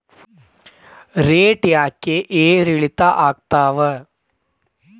Rate ಯಾಕೆ ಏರಿಳಿತ ಆಗ್ತಾವ?